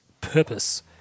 purpose